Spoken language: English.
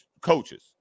coaches